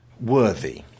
worthy